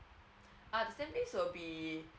uh the stamp fees will be